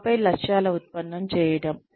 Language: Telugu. ఆపై లక్ష్యాల ఉత్పన్నం చేయటం